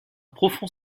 profond